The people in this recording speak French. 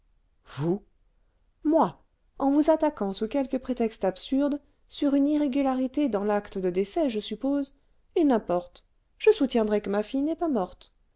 vous moi en vous attaquant sous quelque prétexte absurde sur une irrégularité dans l'acte de décès je suppose il n'importe je soutiendrai que ma fille n'est pas morte